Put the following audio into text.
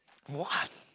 what